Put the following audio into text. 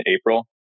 April